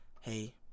hey